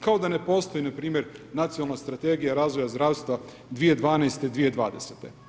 Kao da ne postoji npr. nacionalna strategija razvoja zdravstva 2012/2020.